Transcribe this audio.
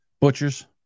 Butchers